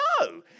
No